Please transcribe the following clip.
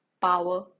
power